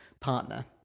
partner